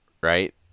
Right